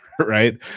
right